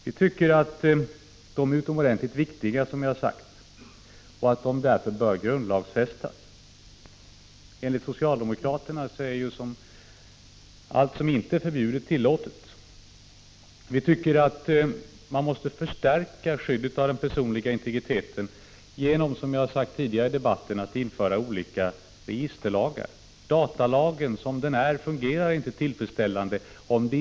Vi tycker att de är utomordentligt viktiga och att vissa principer därför bör grundlagsfästas. Enligt socialdemokraterna är ju allt som inte är förbjudet tillåtet. Vi tycker att man måste förstärka skyddet av den personliga integriteten genom att, som jag har sagt tidigare i debatten, införa olika registerlagar. Datalagen fungerar, som den är utformad, inte tillfredsställande om det inte finns ett — Prot.